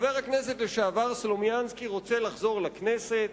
חבר הכנסת לשעבר סלומינסקי רוצה לחזור לכנסת,